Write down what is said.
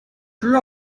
grew